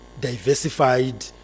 diversified